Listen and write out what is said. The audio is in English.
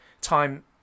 time